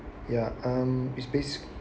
ya um is bas~